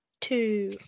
two